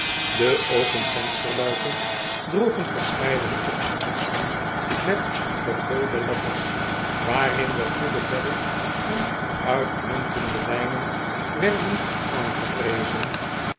de open vensterluiken droegen verscheidene opschriften met vergulde letters waarin de goede bedden en uitmuntende wijnen werden aangeprezen